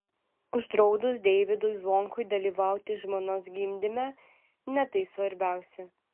uždraudus deivydui zvonkui dalyvauti žmonos gimdyme ne tai svarbiausia